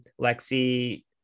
Lexi